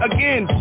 Again